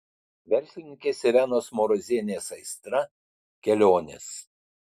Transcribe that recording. verslininkės irenos marozienės aistra kelionės